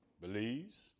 believes